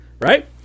right